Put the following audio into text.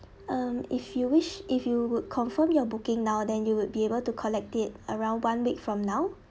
um if you wish if you would confirm your booking now then you would be able to collect it around one week from now